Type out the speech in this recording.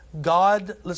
God